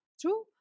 True